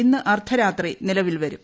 ഇന്ന് അർദ്ധരാത്രി നിലവിൽ വരും